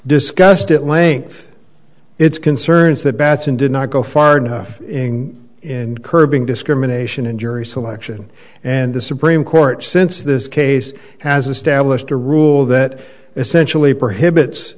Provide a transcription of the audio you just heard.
discussed at length its concerns that bats and did not go far enough in curbing discrimination in jury selection and the supreme court since this case has established a rule that essentially